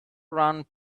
round